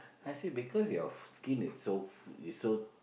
I said because your skin is so is so